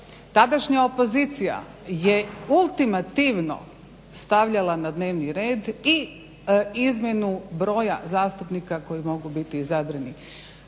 tadašnja opozicija je ultimativno stavljala na dnevni red i izmjenu broja zastupnika koji moraju biti izabrani